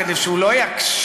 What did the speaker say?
כדי שהוא לא יקשיב,